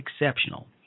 exceptional